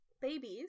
babies